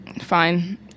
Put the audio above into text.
fine